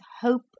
hope